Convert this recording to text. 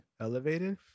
Elevated